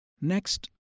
Next